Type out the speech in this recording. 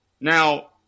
Now